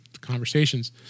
conversations